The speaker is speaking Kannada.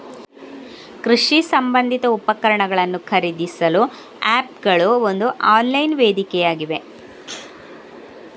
ಕೃಷಿ ಸಂಬಂಧಿತ ಉಪಕರಣಗಳನ್ನು ಖರೀದಿಸಲು ಆಪ್ ಗಳು ಒಂದು ಆನ್ಲೈನ್ ವೇದಿಕೆಯಾಗಿವೆ